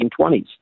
1920s